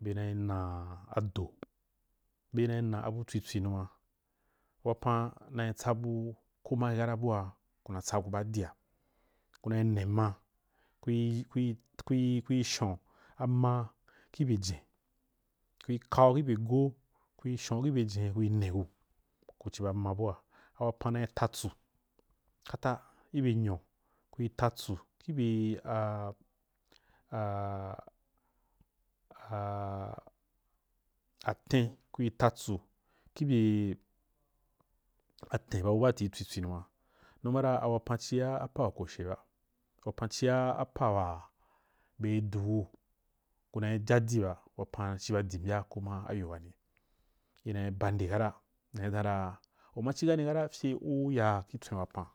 Bene nna atoh bena nna abu tswitswi numa wapan nai tsabu koma age kata kuna tsagu ba dia ku nai nne mma, kui, kui shon amma ki bye jen kui kau ki bye agoh kui shangu ki bye jen kui shon gu ku ci ba amma bua wapan nayi ta tsuu kata kih bye nyo, kui ta tsuu kih bye a aa aten khi ta tsuu kih bye ateu ba abu baati atswi tswi numa awapan cia apa wa koshe ba wapan cia apa waa beri du gu kunai jadi ba wapan ciba adi mbya koh ma ayo wani inai ba nde kata na danra u ma ci gani kata fye u ya kih tswen wapan